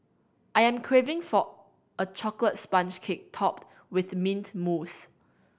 I am craving for a chocolate sponge cake topped with mint mousse